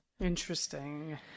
Interesting